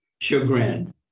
chagrin